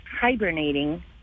hibernating